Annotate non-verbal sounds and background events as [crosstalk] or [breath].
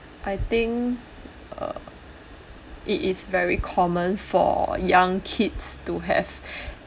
I think err it is very common for young kids to have [breath]